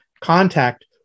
contact